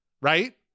right